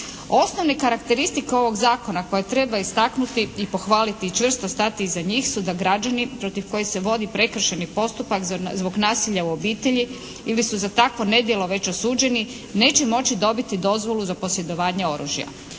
Osnovne karakteristike ovog zakona koje treba istaknuti i pohvaliti i čvrsto stati iza njih su da građani protiv kojih se vodi prekršajni postupak zbog nasilja u obitelji ili su za takva nedjela već osuđeni neće moći dobiti dozvolu za posjedovanje oružja.